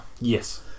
Yes